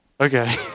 Okay